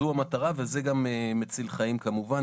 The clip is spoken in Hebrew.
זו המטרה וזה גם מציל חיים כמובן.